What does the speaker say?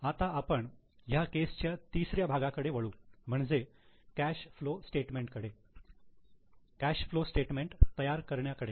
आता आपण ह्या केसच्या तिसऱ्या भागाकडे वळू म्हणजेच कॅश फ्लो स्टेटमेंट तयार करण्याकडे